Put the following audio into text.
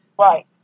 Right